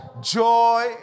joy